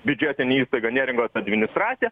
biudžetinę įstaiga neringos administraciją